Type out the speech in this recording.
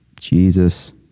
Jesus